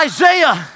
Isaiah